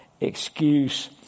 excuse